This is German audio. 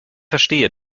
verstehe